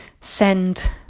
send